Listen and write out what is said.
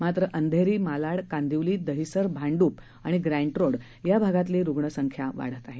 मात्र अंधेरी मालाड कांदिवली दहिसर भांडुप आणि ग्रँटरोड या भागातली रुग्णसंख्या वाढत आहे